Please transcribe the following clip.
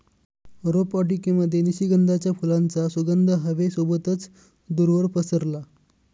रोपवाटिकेमध्ये निशिगंधाच्या फुलांचा सुगंध हवे सोबतच दूरवर पसरला